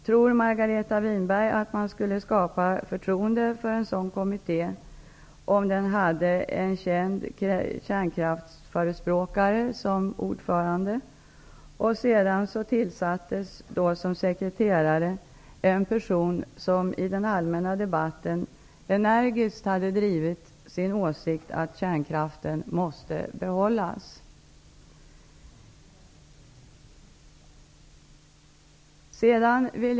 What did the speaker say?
Tror Margareta Winberg att man skulle skapa förtroende för en sådan kommitté om den hade en känd kärnkraftsförespråkare som ordförande och en sekreterare som i den allmänna debatten energiskt hade drivit sin åsikt att kärnkraften måste behållas?